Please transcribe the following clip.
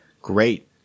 Great